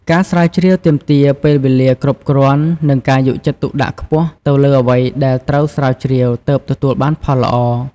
ការស្រាវជ្រាវទាមទារពេលវេលាគ្រប់គ្រាន់ និងការយកចិត្តទុកដាក់ខ្ពស់ទៅលើអ្វីដែលត្រូវស្រាវជ្រាវទើបទទួលបានផលល្អ។